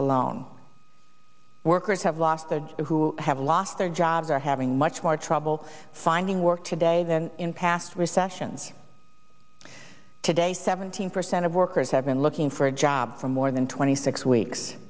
alone workers have lost their job who have lost their jobs are having much more trouble finding work today than in past recessions today seventeen percent of workers have been looking for a job for more than twenty six weeks